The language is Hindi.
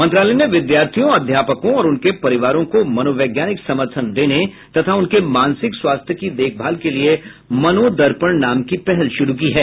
मंत्रालय ने विद्यार्थियों अध्यापकों और उनके परिवारों को मनोवैज्ञानिक समर्थन देने तथा उनके मानसिक स्वास्थ्य की देखभाल के लिए मनोदर्पण नाम की पहल शुरू की है